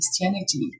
Christianity